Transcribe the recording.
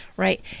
Right